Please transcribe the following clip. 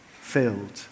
filled